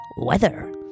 weather